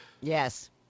yes